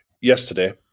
yesterday